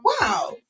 Wow